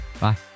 Bye